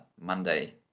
Monday